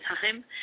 time